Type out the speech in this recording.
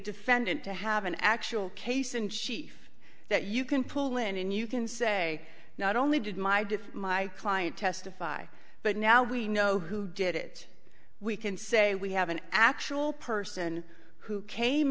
defendant to have an actual case in chief that you can pull in and you can say not only did my did my client testify but now we know who did it we can say we have an actual person who came